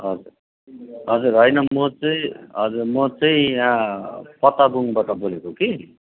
हजुर हजुर होइन म चाहिँ यहाँ पत्ताबुङबट बोलेको कि